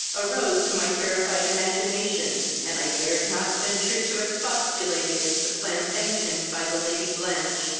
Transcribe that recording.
arose to my terrified imagination, and i dared not venture to expostulate against a plan sanctioned by the lady blanch,